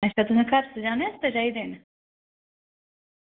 अच्छा तुसें घर ई सजाना